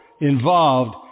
involved